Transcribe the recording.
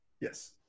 Yes